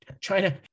China